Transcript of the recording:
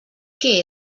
què